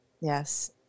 Yes